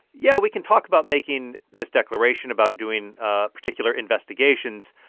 yeah, we can talk about making this declaration, about doing particular investigations.